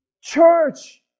Church